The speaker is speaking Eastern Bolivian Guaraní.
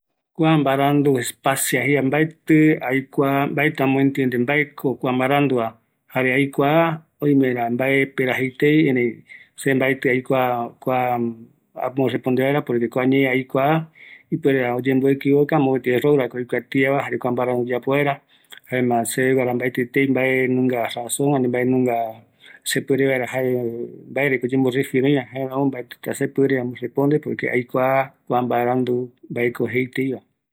Kaua mbarandu, aikua mbaeko oparandu tei seveva, jaema aikua mbaeko jaetava, oïme error ndipo, kua oikuatiava